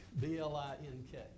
B-L-I-N-K